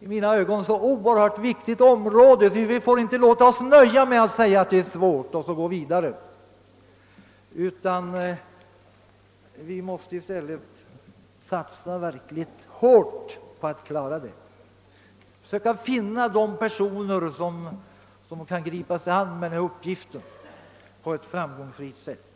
i mina ögon så oerhört viktigt område, att vi inte får låta oss nöja med att konstatera att det är svårt och sedan inte göra något, utan vi måste satsa verkligt hårt på att finna personer som kan gripa sig an uppgiften på ett framgångsrikt sätt.